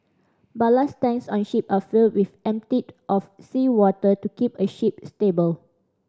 ballast tanks on ship are filled with emptied of seawater to keep a ship stable